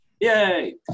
Yay